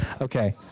Okay